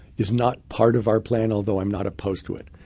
is not part of our plan. although i'm not opposed to it.